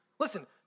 Listen